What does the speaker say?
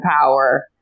power